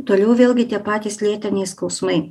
toliau vėlgi tie patys lėtiniai skausmai